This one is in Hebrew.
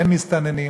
כן מסתננים?